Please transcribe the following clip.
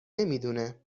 نمیدونه